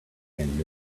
and